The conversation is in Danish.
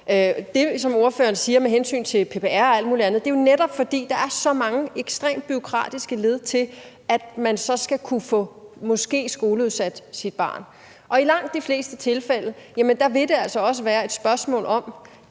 Det, som ordføreren siger om PPR og alt muligt andet, er jo netop, fordi der er så mange ekstremt bureaukratiske led til, at man måske kan få skoleudsat sit barn, og i langt de fleste tilfælde vil det altså også være et spørgsmål om,